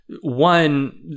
one